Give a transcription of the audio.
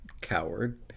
Coward